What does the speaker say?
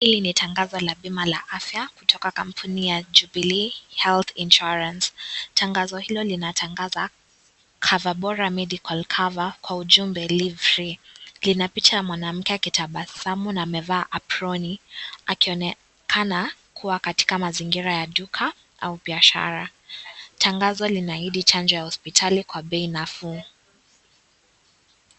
Hili ni tangazo la bima la afya kutoka kampuni ya Jubilee health insurance, tangazo hilo linatangaza Coverbora medical cover kwa ujumbe live free . Lina picha ya mwanamke akitabasamu na amevaa aproni akionekana kuwa katika mazingira ya duka au biashara. Tangazo linaahidi chanjo ya hospitali kwa bei nafuu.